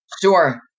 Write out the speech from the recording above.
Sure